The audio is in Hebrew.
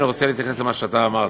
אני רוצה להתייחס למה שאתה אמרת,